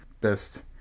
Best